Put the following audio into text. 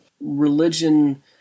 religion